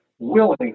willing